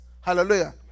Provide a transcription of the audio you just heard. Hallelujah